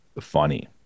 funny